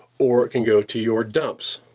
or it can go to your dumps.